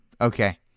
okay